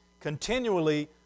Continually